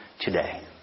today